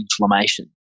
inflammation